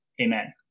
Amen